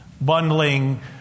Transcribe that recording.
bundling